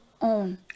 own